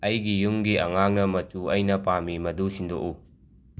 ꯑꯩꯒꯤ ꯌꯨꯝꯒꯤ ꯑꯉꯥꯡꯅ ꯃꯆꯨ ꯑꯩꯅ ꯄꯥꯝꯃꯤ ꯃꯗꯨ ꯁꯤꯟꯗꯣꯛꯎ